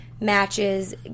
matches